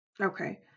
okay